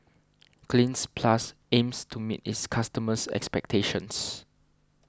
Cleanz Plus aims to meet its customers' expectations